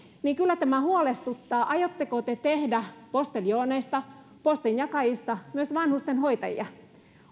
joten kyllä tämä huolestuttaa aiotteko te tehdä posteljooneista postinjakajista myös vanhusten hoitajia